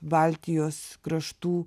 baltijos kraštų